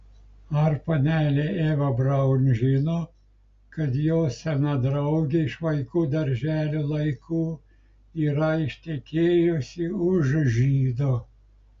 ar panelė eva braun žino kad jos sena draugė iš vaikų darželio laikų yra ištekėjusi už žydo